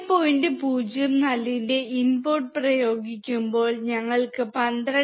04 ന്റെ ഇൻപുട്ട് പ്രയോഗിക്കുമ്പോൾ ഞങ്ങൾക്ക് 12